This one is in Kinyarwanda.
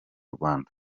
rwanda